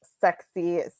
sexy